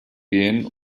gehen